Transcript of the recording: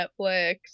Netflix